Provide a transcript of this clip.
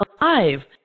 alive